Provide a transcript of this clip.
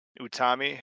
utami